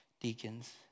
deacons